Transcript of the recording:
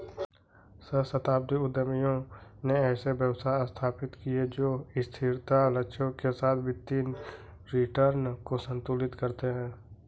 सहस्राब्दी उद्यमियों ने ऐसे व्यवसाय स्थापित किए जो स्थिरता लक्ष्यों के साथ वित्तीय रिटर्न को संतुलित करते हैं